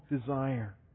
desire